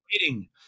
waiting